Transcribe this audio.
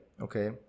Okay